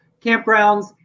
campgrounds